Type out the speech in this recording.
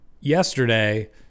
yesterday